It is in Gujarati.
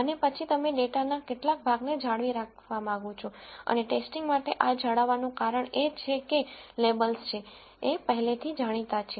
અને પછી તમે ડેટાના કેટલાક ભાગને જાળવી રાખવા માંગો છો અને ટેસ્ટિંગ માટે આ જાળવવાનું કારણ એ છે કે લેબલ્સ છે એ પહેલાથી જાણીતા છે